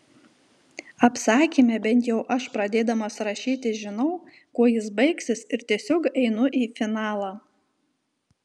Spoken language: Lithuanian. apsakyme bent jau aš pradėdamas rašyti žinau kuo jis baigsis ir tiesiog einu į finalą